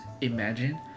Imagine